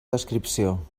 descripció